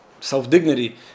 self-dignity